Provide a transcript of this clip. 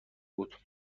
بود